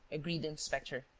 agreed the inspector.